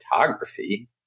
photography